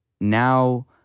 Now